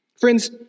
Friends